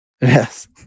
Yes